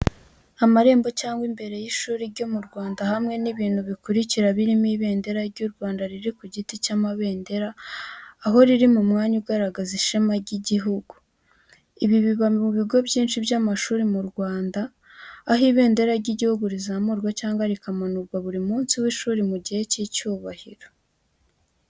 Amarembo cyangwa imbere y’ishuri ryo mu Rwanda hamwe n’ibintu bikurikira birimo ibendera ry'Urwanda riri ku giti cy'amabendera aho riri mu mwanya ugaragaza ishema ry'igihugu. Ibi biba mu bigo byinshi by’amashuri mu Rwanda aho ibendera ry’igihugu rizamurwa cyangwa rigamanurwa buri munsi w’ishuri mu gihe cy’icyubahiro.